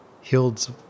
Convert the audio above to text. Hild's